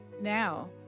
now